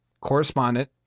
correspondent